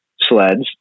sleds